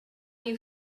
you